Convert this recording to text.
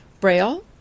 Braille